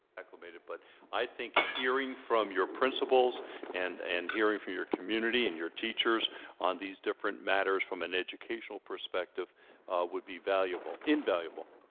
acclimated but i think hearing from your principals and and hearing for your community and your teachers on these different matters from an educational perspective would be valuable invaluable